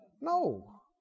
No